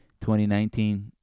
2019